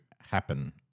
happen